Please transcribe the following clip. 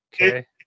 Okay